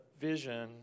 vision